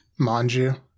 Manju